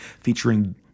featuring